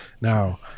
Now